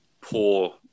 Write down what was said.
poor